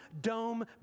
dome